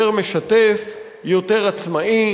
יותר משתף ויותר עצמאי.